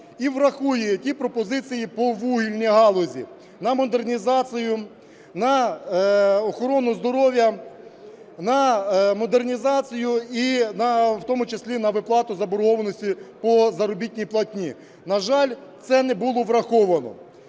і врахує ті пропозиції по вугільній галузі: на модернізацію, на охорону здоров'я, на модернізацію, і в тому числі на виплату заборгованості по заробітній платні. На жаль, це не було враховано.